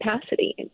capacity